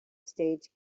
stage